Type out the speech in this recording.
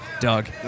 Doug